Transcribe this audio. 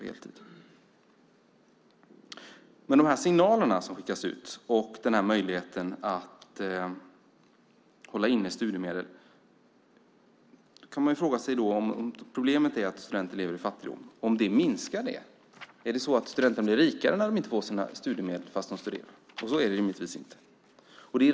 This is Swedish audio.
När det gäller de signaler som skickas ut samt möjligheten att hålla inne studiemedel kan man fråga sig om problemet med att studenter lever i fattigdom därmed minskar, om studenterna blir rikare när de inte får sina studiemedel trots att de studerar. Så är det rimligtvis inte.